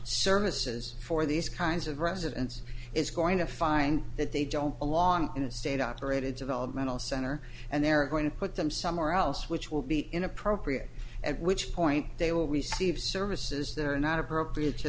services for these kinds of residence is going to find that they don't belong in a state operated developmental center and they're going to put them somewhere else which will be inappropriate at which point they will receive services that are not appropriate to